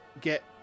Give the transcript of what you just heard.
get